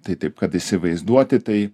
tai taip kad įsivaizduoti tai